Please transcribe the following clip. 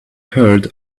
heard